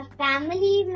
family